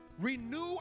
Renew